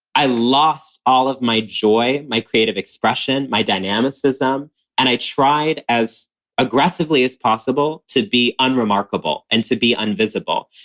i lost all of my joy, my creative expression, my dynamism. and i tried as aggressively as possible to be unremarkable and to be un-visible.